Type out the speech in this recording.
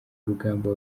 urugamba